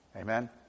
Amen